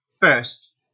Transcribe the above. first